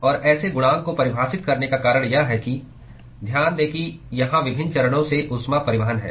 और ऐसे गुणांक को परिभाषित करने का कारण यह है कि ध्यान दें कि यहां विभिन्न चरणों में ऊष्मा परिवहन है